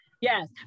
Yes